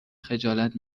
خجالت